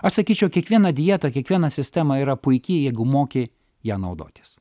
aš sakyčiau kiekvieną dieta kiekviena sistema yra puiki jeigu moki ja naudotis